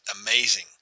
amazing